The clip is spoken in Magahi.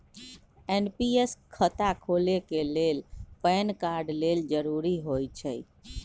एन.पी.एस खता खोले के लेल पैन कार्ड लेल जरूरी होइ छै